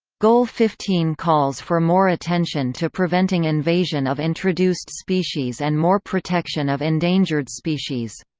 goal fifteen calls for more attention to preventing invasion of introduced species and more protection of endangered species.